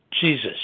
Jesus